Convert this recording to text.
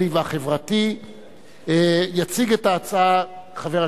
הצעת סיעות בל"ד,